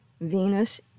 Venus